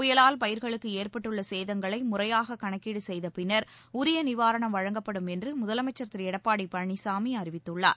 புயலால் பயிர்களுக்கு ஏற்பட்டுள்ள சேதங்களை முறையாக கணக்கீடு செய்த பின்னர் உரிய நிவாரணம் வழங்கப்படும் என்று முதலமைச்சர் திரு எடப்பாடி பழனிசாமி அறிவித்துள்ளார்